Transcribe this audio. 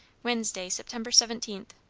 wednesday, sept. seventeenth.